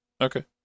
Okay